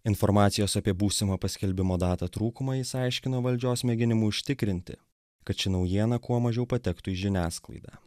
informacijos apie būsimą paskelbimo datą trūkumą jis aiškino valdžios mėginimu užtikrinti kad ši naujiena kuo mažiau patektų į žiniasklaidą